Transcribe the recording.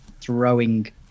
throwing